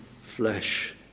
flesh